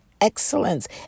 excellence